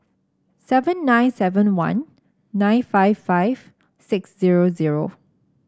seven nine seven one nine five five six zero zero